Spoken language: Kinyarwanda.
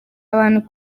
abantu